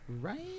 Right